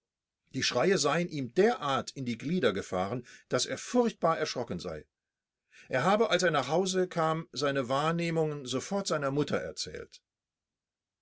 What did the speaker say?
die schreie seien ihm derartig in die glieder gefahren daß er furchtbar erschrocken sei er habe als er nach hause kam seine wahrnehmungen sofort seiner mutter erzählt